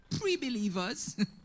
pre-believers